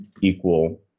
equal